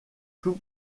tout